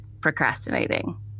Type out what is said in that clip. procrastinating